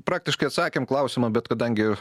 praktiškai atsakėm klausimą bet kadangi